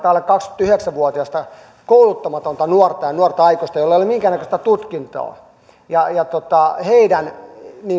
alle kaksikymmentäyhdeksän vuotiasta kouluttamatonta nuorta ja nuorta aikuista joilla ei ole minkäännäköistä tutkintoa heidän